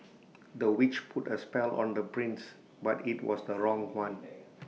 the witch put A spell on the prince but IT was the wrong one